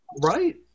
Right